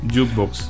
Jukebox